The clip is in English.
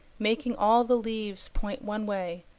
making all the leaves point one way,